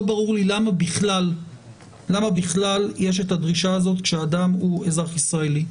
לא ברור לי למה בכלל יש את הדרישה הזאת כאשר אדם הוא אזרח ישראלי.